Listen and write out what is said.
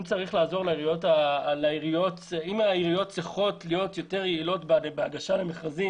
אם העיריות צריכות להיות יותר יעילות בהגשה למכרזים